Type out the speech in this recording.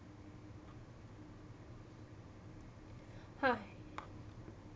hi